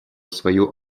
свою